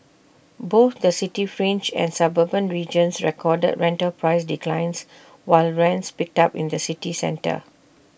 both the city fringe and suburban regions recorded rental price declines while rents picked up in the city centre